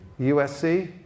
USC